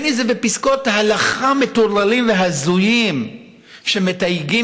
ובין שזה בפסקי הלכה מטורללים והזויים שמתייגים